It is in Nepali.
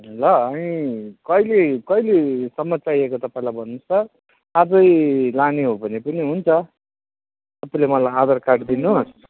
ल अनि कहिले कहिलेसम्म चाहिएको तपाईँलाई भन्नुहोस् त आजै लाने हो भने पनि हुन्छ तपाईँले मलाई आधार कार्ड दिनुहोस्